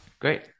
great